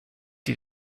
die